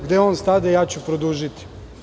Gde on stade, ja ću produžiti.